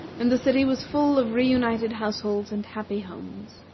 and the city was full of re-united households and happy homes.